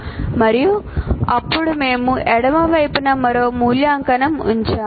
మరియు అప్పుడు మేము ఎడమ వైపున మరొక మూల్యాంకనం ఉంచాము